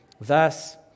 Thus